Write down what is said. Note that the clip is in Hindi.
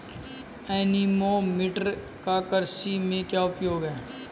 एनीमोमीटर का कृषि में क्या उपयोग है?